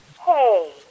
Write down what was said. Hey